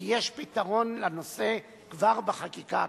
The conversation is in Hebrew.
כי יש פתרון לנושא כבר בחקיקה הקיימת.